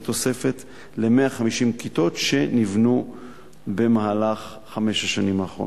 כתוספת ל-150 כיתות שנבנו במהלך חמש השנים האחרונות.